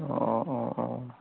অঁ অঁ অঁ